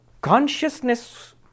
consciousness